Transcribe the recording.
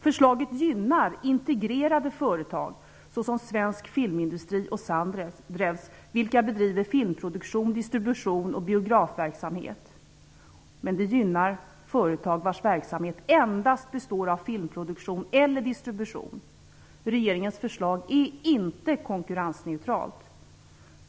Förslaget gynnar integrerade företag såsom Svensk Filmindustri och Sandrews, vilka bedriver filmproduktion, distribution och biografverksamhet, men det missgynnar företag vilkas verksamhet endast består av filmproduktion eller distribution. Regeringens förslag är inte konkurrensneutralt.